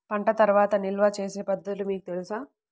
పంట తర్వాత నిల్వ చేసే పద్ధతులు మీకు తెలుసా?